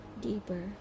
deeper